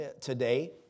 today